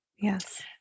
Yes